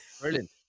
brilliant